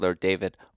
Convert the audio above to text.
David